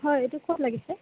হয় এইটো ক'ত লাগিছে